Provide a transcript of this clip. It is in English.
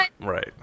Right